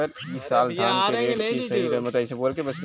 ई साल धान के रेट का रही लगभग कुछ अनुमान बा?